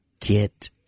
get